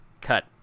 cut